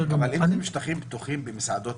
פתוח-סגור.